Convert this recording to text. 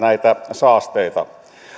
saasteita